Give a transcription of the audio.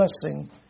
blessing